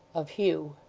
of hugh.